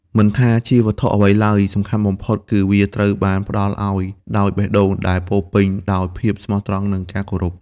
មិនថាជាវត្ថុអ្វីឡើយ សំខាន់បំផុតគឺវាត្រូវបានផ្ដល់ឱ្យដោយបេះដូងដែលពោរពេញដោយភាពស្មោះត្រង់ និងការគោរព។